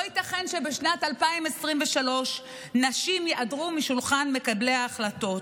לא ייתכן שבשנת 2023 נשים ייעדרו משולחן מקבלי ההחלטות.